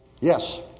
Yes